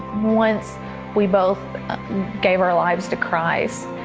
once we both gave our lives to christ,